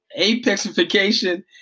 apexification